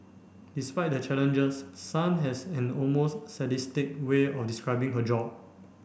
despite the challenges Sun has an almost sadistic way of describing her job